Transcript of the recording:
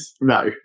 No